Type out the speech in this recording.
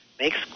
makes